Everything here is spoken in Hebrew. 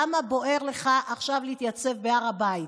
למה בוער לך עכשיו להתייצב בהר הבית?